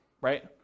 right